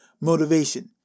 motivation